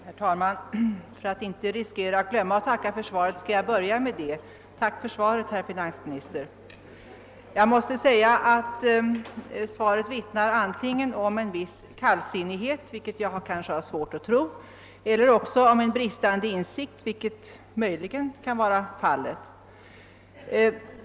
Herr talman! För att inte riskera att glömma att tacka för svaret skall jag börja med det: Tack för svaret, herr finansminister! Svaret vittnar emellertid antingen om en viss kallsinnighet, vilket jag ändå har svårt att tro, eller också om en bristande insikt, vilket möjligen kan vara fallet.